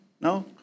No